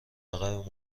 عقب